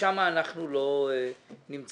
ושם אנחנו לא נמצאים.